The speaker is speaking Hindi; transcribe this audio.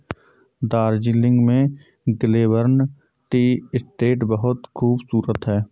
दार्जिलिंग में ग्लेनबर्न टी एस्टेट बहुत खूबसूरत है